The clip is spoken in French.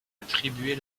attribuée